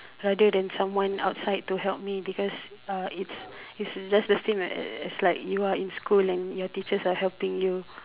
rather than someone outside to help me because uh it's it's just the same as as like you are in school and your teachers are helping you